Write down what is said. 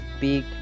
big